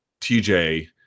TJ